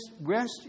rest